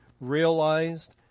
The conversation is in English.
realized